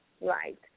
right